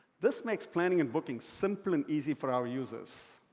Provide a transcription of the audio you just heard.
this makes planning and booking simple and easy for our users.